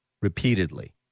repeatedly